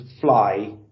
fly